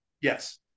Yes